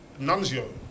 Nunzio